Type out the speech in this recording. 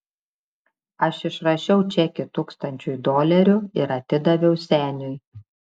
aš išrašiau čekį tūkstančiui dolerių ir atidaviau seniui